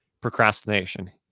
procrastination